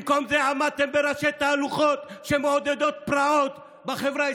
במקום זה עמדתם בראשי תהלוכות שמעודדות פרעות בחברה הישראלית.